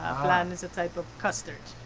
ah flan is a type of custard.